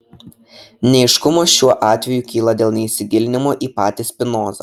neaiškumų šiuo atveju kyla dėl neįsigilinimo į patį spinozą